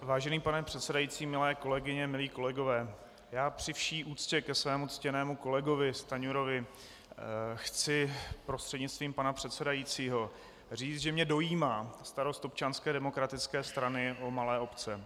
Vážený pane předsedající, milé kolegyně, milí kolegové, já při vší úctě ke svému ctěnému kolegovi Stanjurovi chci prostřednictvím pana předsedajícího říct, že mě dojímá starost Občanské demokratické strany o malé obce.